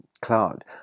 cloud